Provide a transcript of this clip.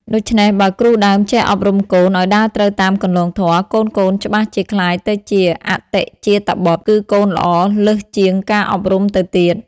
ដូច្នេះ បើគ្រូដើមចេះអប់រំកូនឲ្យដើរត្រូវតាមគន្លងធម៌ កូនៗច្បាស់ជាក្លាយទៅជា អតិជាតបុត្ត គឺកូនល្អលើសជាងការអប់រំទៅទៀត ។